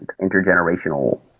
intergenerational